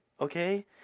okay